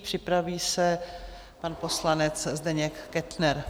Připraví se pan poslanec Zdeněk Kettner.